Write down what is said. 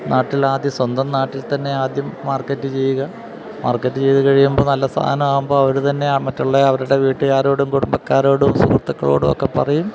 നാട്ടിലാദ്യം സ്വന്തം നാട്ടിൽ തന്നെ ആദ്യം മാർക്കറ്റ് ചെയ്യുക മാർക്കറ്റ് ചെയ്തുകഴിയുമ്പോള് നല്ല സാധനമാകുമ്പോള് അവര് തന്നെ മറ്റുള്ള അവരുടെ വീട്ടുകാരോടും കുടുംബക്കാരോടും സുഹൃത്തുക്കളോടുമൊക്കെ പറയും